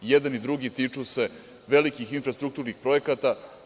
I jedan i drugi tiču se velikih infrastrukturnih projekata.